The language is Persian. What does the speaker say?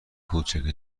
کوچک